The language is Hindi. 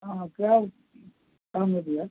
हाँ हाँ क्या काम है भैया